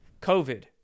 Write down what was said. COVID